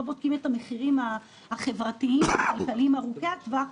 בודקים את המחירים החברתיים והכלכליים ארוכי הטווח,